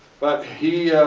but he